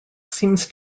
seems